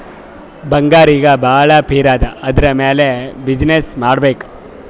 ಬಂಗಾರ್ ಈಗ ಭಾಳ ಪಿರೆ ಅದಾ ಅದುರ್ ಮ್ಯಾಲ ಬಿಸಿನ್ನೆಸ್ ಮಾಡ್ಬೇಕ್